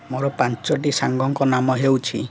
ମୋର ପାଞ୍ଚଟି ସାଙ୍ଗଙ୍କ ନାମ ହେଉଛି